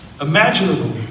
imaginable